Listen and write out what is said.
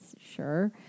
Sure